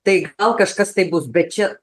tai gal kažkas tai bus bet čia